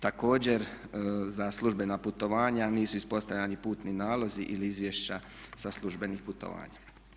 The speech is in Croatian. Također, za službena putovanja nisu ispostavljani putni nalozi ili izvješća sa službenih putovanja.